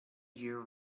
year